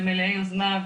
ומלאי יוזמה,